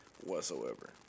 whatsoever